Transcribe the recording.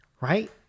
Right